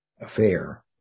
affair